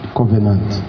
covenant